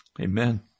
Amen